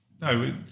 no